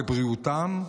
לבריאותם,